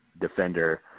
defender